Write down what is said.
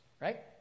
right